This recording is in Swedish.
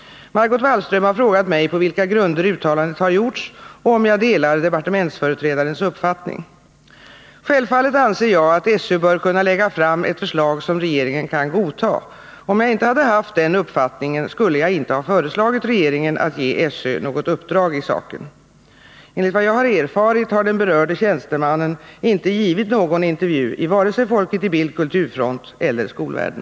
Margot Wallström har frågat mig på vilka grunder uttalandet har gjorts och om jag delar departementsföreträdarens uppfattning. Självfallet anser jag att SÖ bör kunna lägga fram ett förslag som regeringen kan godta. Om jag inte hade haft den uppfattningen skulle jag inte ha föreslagit regeringen att ge SÖ något uppdrag i saken. Enligt vad jag erfarit har den berörde tjänstemannen inte givit någon intervju i vare sig Folket i Bild kulturfront eller Skolvärlden.